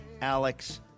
Alex